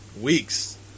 weeks